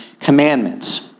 Commandments